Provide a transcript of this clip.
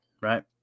right